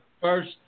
first